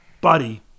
buddy